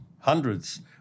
hundreds